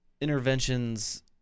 interventions –